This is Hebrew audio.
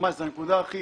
תאונות עבודה.